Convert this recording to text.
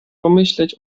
pomyśleć